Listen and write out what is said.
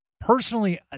personally